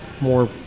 more